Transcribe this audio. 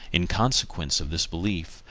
in consequence of this belief,